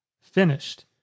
finished